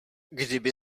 kdyby